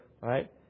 right